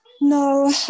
No